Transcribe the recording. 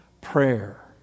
prayer